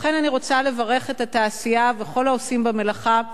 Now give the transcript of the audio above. לכן אני רוצה לברך את התעשייה ואת כל העושים במלאכה,